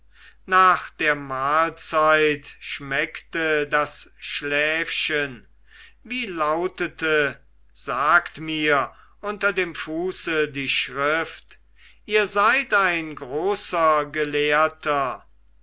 nach der mahlzeit schmeckte das schläfchen wie lautete sagt mir unter dem fuße die schrift ihr seid ein großer gelehrter